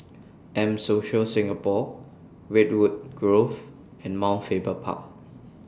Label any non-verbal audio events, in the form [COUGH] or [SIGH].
[NOISE] M Social Singapore Redwood Grove and Mount Faber Park